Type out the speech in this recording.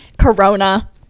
Corona